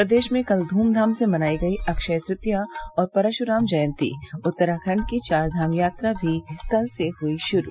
प्रदेश में कल धूमधाम से मनाई गई अक्षय तृतीया और परशुराम जयन्ती उत्तराखंड की चारधाम यात्रा भी कल से हुई शुरू